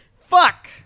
fuck